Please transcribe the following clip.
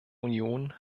union